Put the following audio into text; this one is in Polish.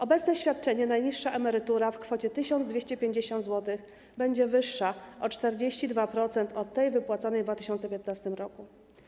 Obecne świadczenie, najniższa emerytura w kwocie 1250 zł, będzie wyższe o 42% od tej wypłacanej w 2015 r.